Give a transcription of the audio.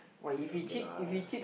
okay lah okay lah